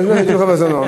מסמר בסלון.